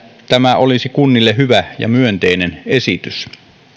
tämä olisi kunnille hyvä ja myönteinen esitys